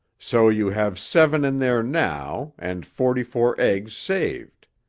so you have seven in there now and forty-four eggs saved.